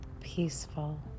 peaceful